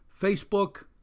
Facebook